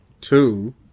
two